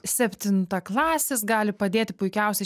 septintaklasis gali padėti puikiausiai